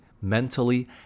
mentally